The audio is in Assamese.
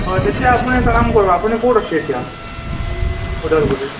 হয় তেতিয়া আপুনি এটা কাম কৰিব আপুনি ক'ত আছে এতিয়া ওদালগুৰিৰ